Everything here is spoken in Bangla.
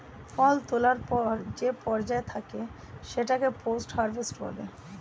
ফসল তোলার পর যে পর্যায় থাকে সেটাকে পোস্ট হারভেস্ট বলে